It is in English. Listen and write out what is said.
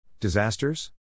Disasters